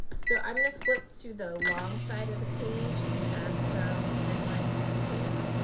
so i'm going to flip to the long side of the page and add some grid lines here too,